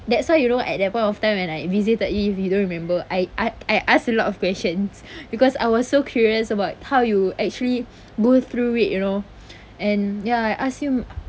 that's why you know at that point of time when I visited if you don't remember I I I ask a lot of questions because I was so curious about how you actually go through it you know and ya I ask you